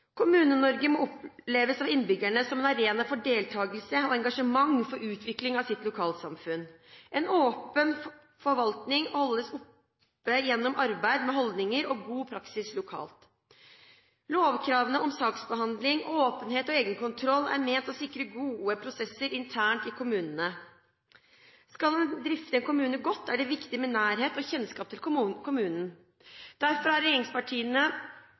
Kommune-Norge må oppleves av innbyggerne som en arena for deltakelse og engasjement for utvikling av sitt lokalsamfunn. En åpen forvaltning holdes oppe gjennom arbeid med holdninger og god praksis lokalt. Lovkravene om saksbehandling, åpenhet og egenkontroll er ment å sikre gode prosesser internt i kommunene. Skal en drifte en kommune godt, er det viktig med nærhet og kjennskap til kommunen. Derfor har regjeringspartiene